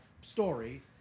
story